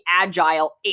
Agile